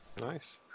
Nice